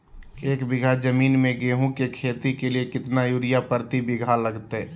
एक बिघा जमीन में गेहूं के खेती के लिए कितना यूरिया प्रति बीघा लगतय?